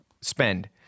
spend